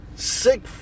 sick